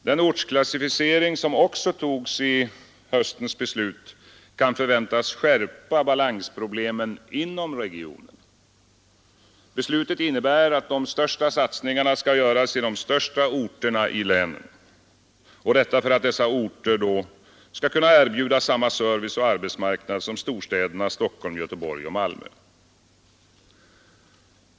Den ortsklassificering som också togs i höstas kan förväntas skärpa balansproblemen inom regionerna. Beslutet innebär att de största satsningarna skall göras i de största orterna i länen. Detta för att dessa orter skall kunna erbjuda samma service och arbetsmarknad som storstäderna Stockholm, Göteborg och Malmö.